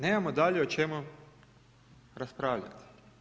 Nemamo dalje o čemu raspravljati.